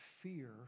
fear